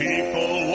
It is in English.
People